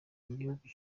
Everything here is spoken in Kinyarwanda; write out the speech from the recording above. igihugu